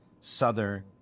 Southern